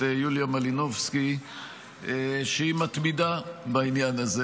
יוליה מלינובסקי שהיא מתמידה בעניין הזה.